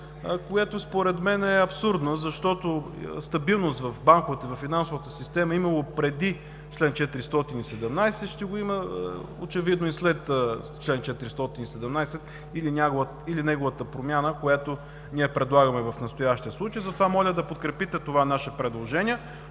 което според мен е абсурдно, защото стабилност в банковата и във финансовата система е имало преди чл. 417, ще го има очевидно и след чл. 417 или неговата промяна, която предлагаме в настоящия случай. Затова моля да подкрепите това наше предложение.